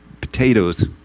potatoes